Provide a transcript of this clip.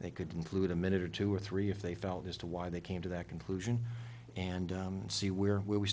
they could include a minute or two or three if they felt as to why they came to that conclusion and see where w